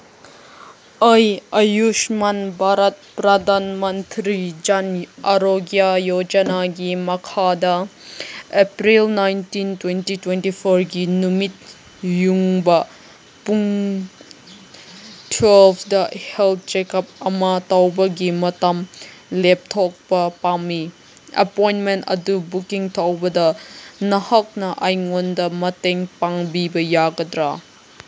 ꯑꯩ ꯑꯌꯨꯁꯃꯥꯟ ꯚꯥꯔꯠ ꯄ꯭ꯔꯙꯥꯟ ꯃꯟꯇ꯭ꯔꯤ ꯖꯟ ꯑꯔꯣꯒ꯭ꯌꯥ ꯌꯣꯖꯅꯥꯒꯤ ꯃꯈꯥꯗ ꯑꯦꯄ꯭ꯔꯤꯜ ꯅꯥꯏꯟꯇꯤꯟ ꯇ꯭ꯋꯦꯟꯇꯤ ꯇ꯭ꯋꯦꯟꯇꯤ ꯐꯣꯔꯒꯤ ꯅꯨꯃꯤꯠ ꯌꯨꯡꯕ ꯄꯨꯡ ꯇ꯭ꯋꯦꯜꯐꯇ ꯍꯦꯜꯠ ꯆꯦꯀꯞ ꯑꯃ ꯇꯧꯕꯒꯤ ꯃꯇꯝ ꯂꯦꯞꯊꯣꯛꯄ ꯄꯥꯝꯃꯤ ꯑꯄꯣꯏꯟꯃꯦꯟ ꯑꯗꯨ ꯕꯨꯀꯤꯡ ꯇꯧꯕꯗ ꯅꯍꯥꯛꯅ ꯑꯩꯉꯣꯟꯗ ꯃꯇꯦꯡ ꯄꯥꯡꯕꯤꯕ ꯌꯥꯒꯗ꯭ꯔꯥ